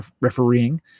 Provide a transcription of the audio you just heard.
refereeing